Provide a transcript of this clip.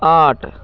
आठ